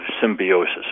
symbiosis